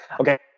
Okay